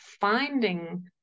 finding